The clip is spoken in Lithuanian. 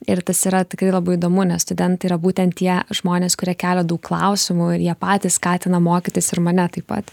ir tas yra tikrai labai įdomu nes studentai yra būtent tie žmonės kurie kelia daug klausimų ir jie patys skatina mokytis ir mane taip pat